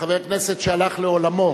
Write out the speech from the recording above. חבר כנסת שהלך לעולמו.